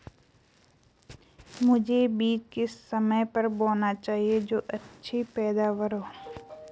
मुझे बीज किस समय पर बोना चाहिए जो अच्छी पैदावार हो?